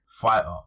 fighter